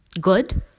Good